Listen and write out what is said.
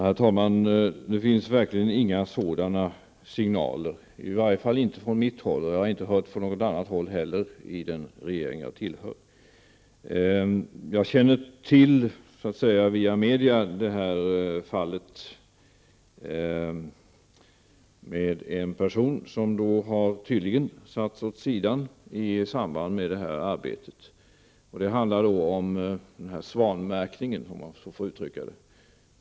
Herr talman! Det finns verkligen inga sådana signaler, i varje fall inte från mitt håll, och jag har heller inte uppfattat några sådana signaler från någon annan i den regering jag tillhör. Jag känner via media till fallet med en person som tydligen har satts åt sidan i samband med detta arbete. Det handlar alltså om den s.k. svanmärkningen.